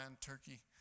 Turkey